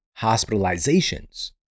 hospitalizations